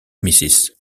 mrs